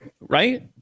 Right